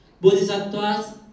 Bodhisattvas